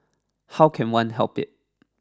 how can one help it